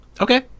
Okay